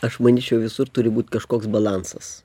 aš manyčiau visur turi būt kažkoks balansas